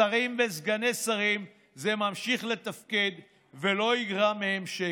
שרים וסגני שרים זה ממשיך לתפקד ולא ייגרע מהם שקל.